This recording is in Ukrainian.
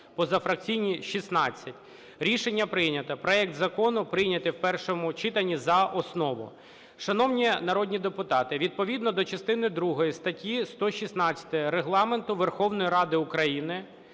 позафракційні – 16. Рішення прийнято. Проект закону прийнятий в першому читанні за основу. Шановні народні депутати, відповідно до частини другої статті 116 Регламенту Верховної Ради України